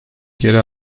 geri